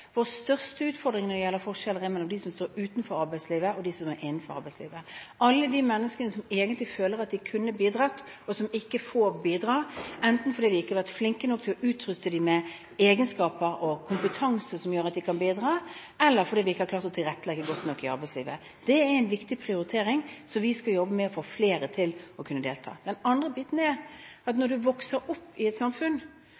Vår største utfordring når det gjelder forskjeller, står mellom dem som står utenfor arbeidslivet og dem som er innenfor. Alle de menneskene som egentlig føler at de kunne bidratt, men som ikke får bidra, enten fordi vi ikke har vært flinke nok til å utruste dem med kompetanse som gjør at de kan bidra, eller fordi vi ikke har klart å tilrettelegge godt nok i arbeidslivet. Det er en viktig prioritering som vi skal jobbe med: å få flere til å kunne delta. Den andre utfordringen er at